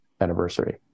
anniversary